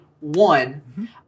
One